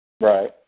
Right